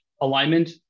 alignment